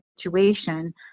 situation